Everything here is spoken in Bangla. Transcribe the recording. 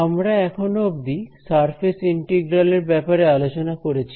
আমরা এখনো অব্দি সারফেস ইন্টিগ্রাল এর ব্যাপারে আলোচনা করেছি